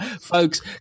folks